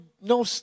no